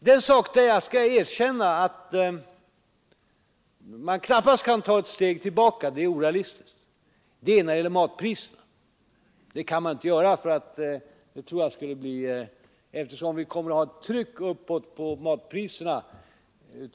Det är på ett område där jag skall erkänna att man knappast kan ta ett steg tillbaka — det vore orealistiskt. Det gäller matpriserna. Där går det inte att ta ett steg tillbaka, eftersom vi av många skäl kommer att ha ett tryck uppåt på matpriserna.